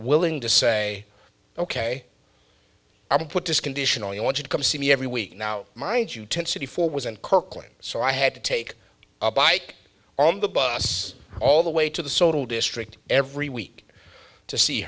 willing to say ok i will put this conditionally i want you to come see me every week now mind you tensity four was in kirkland so i had to take a bike on the bus all the way to the social district every week to see